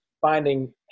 finding